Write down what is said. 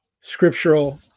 scriptural